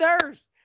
thirst